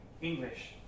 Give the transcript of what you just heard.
English